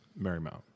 Marymount